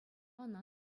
ӑна